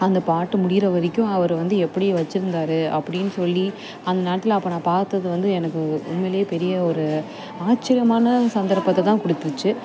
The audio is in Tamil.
அந்த பாட்டும் முடிகிற வரைக்கும் அவர் வந்து எப்படி வெச்சுருந்தாரு அப்படின்னு சொல்லி அந்த நேரத்தில் அப்போது நான் பார்த்தது வந்து எனக்கு உண்மையிலேயே பெரிய ஒரு ஆச்சரியமான சந்தர்ப்பத்தை தான் கொடுத்துச்சி